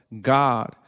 God